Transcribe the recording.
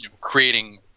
creating